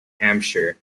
hampshire